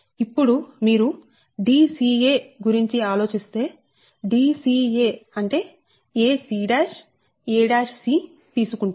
ఇప్పుడు మీరు Dca గురించి ఆలోచిస్తే Dca అంటే acac తీసుకుంటాము